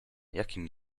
jakim